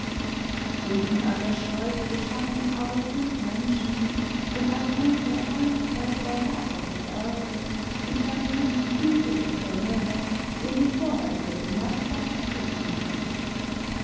unten an der schleuse standen aber fünf menschen und ein dunkler langer körper lag auf der erde und daneben kniete doktor möller den ich vorher über den marktplatz hatte gehen sehen